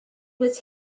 was